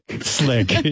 Slick